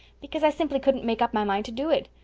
because i simply couldn't make up my mind to do it.